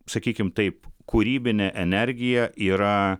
sakykim taip kūrybinė energija yra